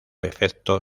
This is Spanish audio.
efecto